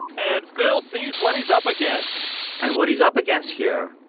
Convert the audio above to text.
and phil sees what he's up against and what he's up against here,